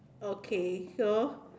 okay so